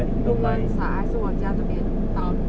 woodlands ah 还是我家这边 um